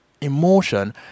emotion